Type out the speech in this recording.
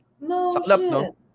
No